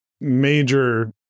major